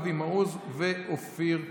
אבי מעוז ואופיר סופר.